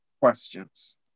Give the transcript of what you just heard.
questions